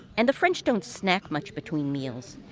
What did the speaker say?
and the french don't snack much between meals.